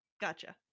Gotcha